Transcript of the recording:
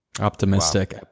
Optimistic